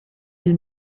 knew